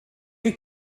chi